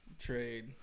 Trade